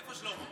איפה שלמה?